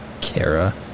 Kara